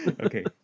Okay